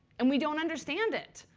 and we don't understand it.